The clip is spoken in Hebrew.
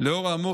לאור האמור,